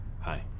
Hi